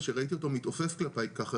זה שראיתי אותו מתעופף כלפיי ככה,